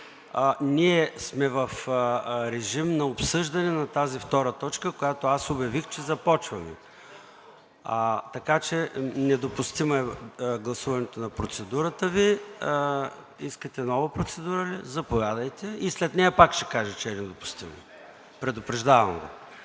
ние сме в режим на обсъждане на тази втора точка, която аз обявих, че започваме. Недопустимо е гласуването на процедурата Ви. Искате нова процедура ли? Заповядайте и след нея пак ще кажа, че е недопустимо – предупреждавам Ви.